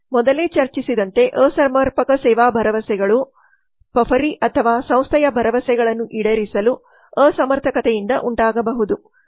ಮೊದಲೇ ಚರ್ಚಿಸಿದಂತೆ ಅಸಮರ್ಪಕ ಸೇವಾ ಭರವಸೆಗಳು ಪಫರಿ ಅಥವಾ ಸಂಸ್ಥೆಯ ಭರವಸೆಗಳನ್ನು ಈಡೇರಿಸಲು ಅಸಮರ್ಥತೆಯಿಂದ ಉಂಟಾಗಬಹುದು